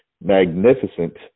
magnificent